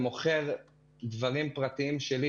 עסקים.